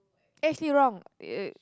actually wrong uh